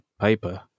paper